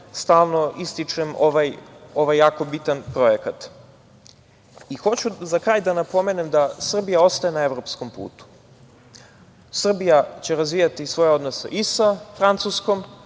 stalno ističem ovaj jako bitan projekat. Hoću za kraj da napomenem da Srbija ostaje na evropskom putu. Srbija će razvijati svoje odnose i sa Francuskom